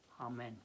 Amen